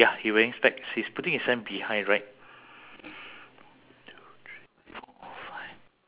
one two three four five six seven eight nine